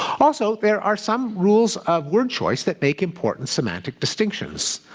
also, there are some rules of word choice that make important semantic distinctions.